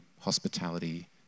hospitality